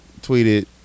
tweeted